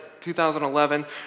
2011